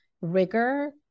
rigor